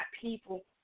people